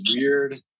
weird